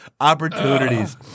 opportunities